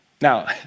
Now